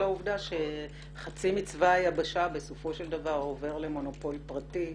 העובדה שחצי מצבא היבשה בסופו של דבר עובר למונופול פרטי,